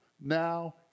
now